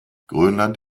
grönland